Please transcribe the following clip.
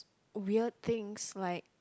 weird things like